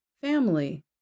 family